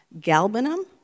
galbanum